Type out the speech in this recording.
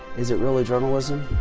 is it really journalism?